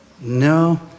no